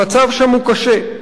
המצב שם הוא קשה,